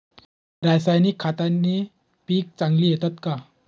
रासायनिक खताने पिके चांगली येतात का?